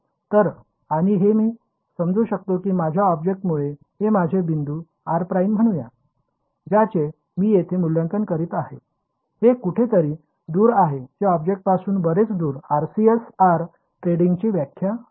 तर आणि हे मी समजू शकतो की माझ्या ऑब्जेक्टमुळे हे माझे बिंदू r' म्हणूया ज्याचे मी येथे मूल्यांकन करीत आहे हे कुठेतरी दूर आहे जे ऑब्जेक्टपासून बरेच दूर RCS r ट्रेंडिंगची व्याख्या आहे